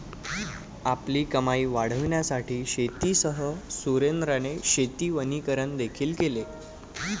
आपली कमाई वाढविण्यासाठी शेतीसह सुरेंद्राने शेती वनीकरण देखील केले